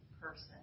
person